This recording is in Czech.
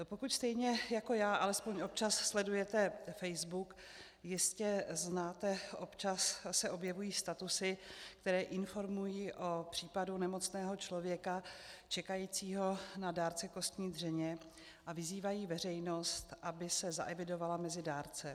Pokud stejně jako já alespoň občas sledujete Facebook, jistě znáte, občas se objevují statusy, které informují o případu nemocného člověka čekajícího na dárce kostní dřeně a vyzývají veřejnost, aby se zaevidovala mezi dárce.